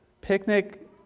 picnic